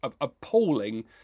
appalling